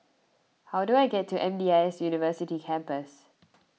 how do I get to M D I S University Campus